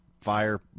Fire